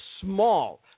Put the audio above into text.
small